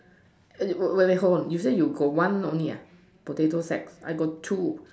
wait wait hold on you say you got one only ah potato sack I got two